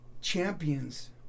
Champions